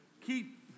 keep